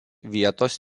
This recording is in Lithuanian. vietos